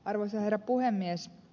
arvoisa herra puhemies